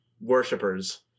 worshippers